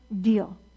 deal